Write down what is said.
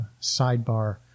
sidebar